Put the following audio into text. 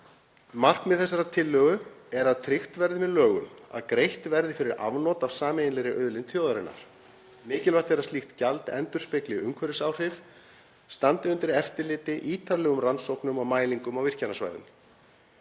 Markmið þessarar tillögu er að tryggt verði með lögum að greitt verði fyrir afnot af sameiginlegri auðlind þjóðarinnar. Mikilvægt er að slíkt gjald endurspegli umhverfisáhrif, standi undir eftirliti, ítarlegum rannsóknum og mælingum á virkjunarsvæðum.